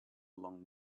along